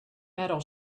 metal